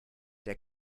der